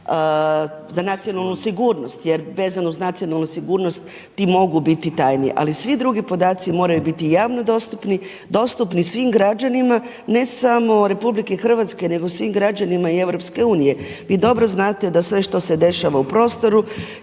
za nacionalnu sigurnost jer vezano uz nacionalnu sigurnost ti mogu biti tajni. Ali svi dugi podaci moraju biti javno dostupni, dostupni svim građanima ne samo RH nego svim građanima i EU. Vi dobro znate da sve što se dešava u prostoru,